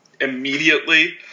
immediately